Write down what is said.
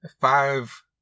Five